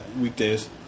weekdays